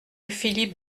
philippe